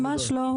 ממש לא,